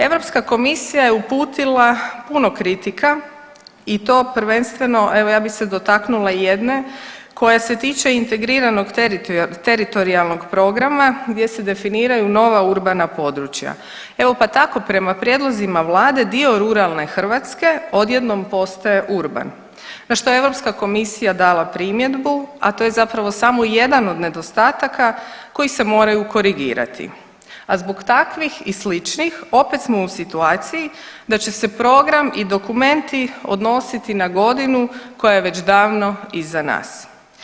EK je uputila puno kritika i to prvenstveno, evo, ja bih se dotaknula jedne, koja se tiče Integriranog teritorijalnog programa gdje se definiraju nova urbana područja, evo, pa tako prema prijedlozima Vlade, dio ruralne Hrvatske odjednom postaje urban, na što je EK dala primjedbu, a to je zapravo samo jedan od nedostataka koji se moraju korigirati, a zbog takvih i sličnih, opet smo u situaciji da će se program i dokumenti odnositi na godinu koja je već davno iza nas.